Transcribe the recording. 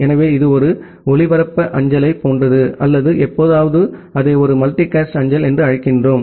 எனவே இது ஒரு ஒளிபரப்பு அஞ்சலைப் போன்றது அல்லது எப்போதாவது அதை ஒரு மல்டிகாஸ்ட் அஞ்சல் என்று அழைக்கிறோம்